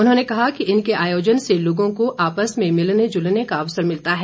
उन्होंने कहा कि इनके आयोजन से लोगों को आपस में मिलने जुलने का अवसर मिलता है